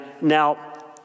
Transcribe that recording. now